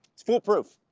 it's foolproof